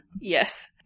Yes